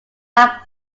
like